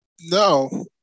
no